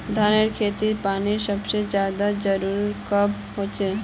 धानेर खेतीत पानीर सबसे ज्यादा जरुरी कब होचे?